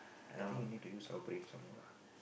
I think you need to use culprit some more lah